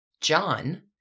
John